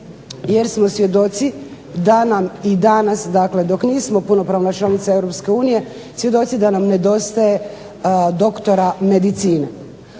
jer smo svjedoci da nam i danas, dakle dok nismo punopravna članica Europske unije svjedoci da nam nedostaje doktora medicine.